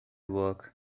work